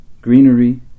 greenery